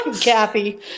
Kathy